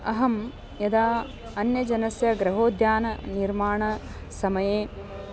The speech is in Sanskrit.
अहं यदा अन्यजनस्य गृहोद्याननिर्माणसमये